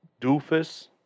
doofus